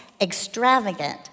extravagant